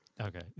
Okay